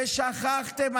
ושכחתם,